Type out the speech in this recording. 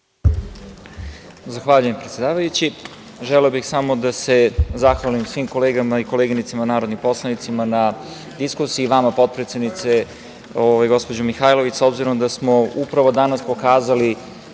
Zahvaljujem, predsedavajući. Želeo bih samo da se zahvalim svim kolegama i koleginicama narodnim poslanicima na diskusiji i vama potpredsednice, gospođo Mihajlović. S obzirom, da smo upravo danas pokazali